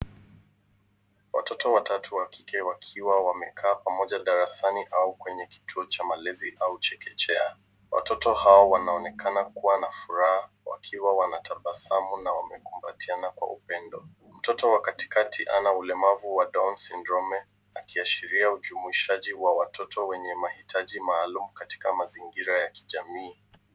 Watoto watatu wa kike wakiwa wamekaa pamoja darasani au kwenye kituo cha malezi au chekechea. Watoto hao wanaonekana kuwa na furaha wakiwa wanatabasamu na wamekumbatiana kwa upendo. Mtoto wa katikati ana ulemavu wa Down syndrome akiashiria ujumuishaji wa watoto wenye mahitaji maalum katika mazingira ya kijamii.